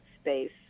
space